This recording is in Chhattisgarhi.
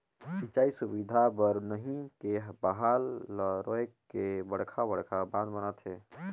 सिंचई सुबिधा बर नही के बहाल ल रोयक के बड़खा बड़खा बांध बनाथे